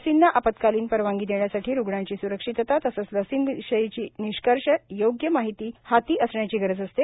लसींना आपत्कालीन परवानगी देण्यासाठी रुग्णांची स्रक्षितता तसंच लसींविषयीची निष्कर्ष योग्य माहिती हाती असण्याची गरज असते